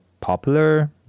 popular